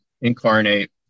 incarnate